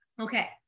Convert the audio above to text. Okay